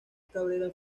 cabrera